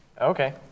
Okay